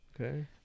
okay